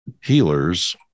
healers